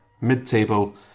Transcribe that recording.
Mid-table